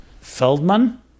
Feldman